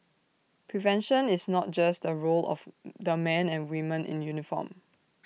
prevention is not just the role of the men and women in uniform